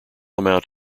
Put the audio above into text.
amount